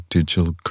Digital